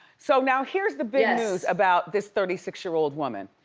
so now here's the big news about this thirty six year old woman.